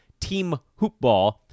teamhoopball